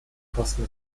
kosten